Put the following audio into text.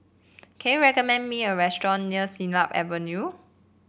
can you recommend me a restaurant near Siglap Avenue